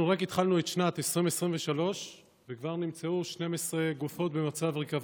אנחנו רק התחלנו את שנת 2023 וכבר נמצאו 12 גופות במצב ריקבון.